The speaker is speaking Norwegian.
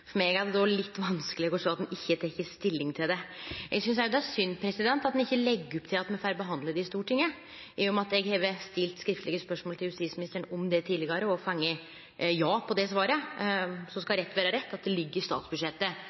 For meg er det då litt vanskeleg å sjå at ein ikkje har teke stilling til det. Eg synest også det er synd at ein ikkje legg opp til at ein får behandla det i Stortinget, i og med at eg har stilt skriftleg spørsmål til justisministeren om det tidlegare og fått ja som svar på det spørsmålet. Så skal rett vere rett: Det ligg i statsbudsjettet